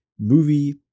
movie